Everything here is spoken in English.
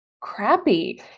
crappy